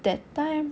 that time